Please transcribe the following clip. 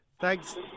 thanks